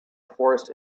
forest